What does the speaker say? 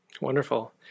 Wonderful